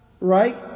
right